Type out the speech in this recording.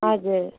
हजुर